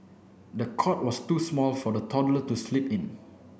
the cot was too small for the toddler to sleep in